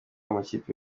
amakipe